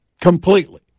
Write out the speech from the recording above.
Completely